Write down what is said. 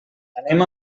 anem